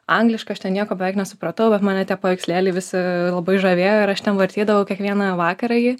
angliškai aš ten nieko beveik nesupratau bet mane tie paveikslėliai visi labai žavėjo ir aš ten vartydavau kiekvieną vakarą ji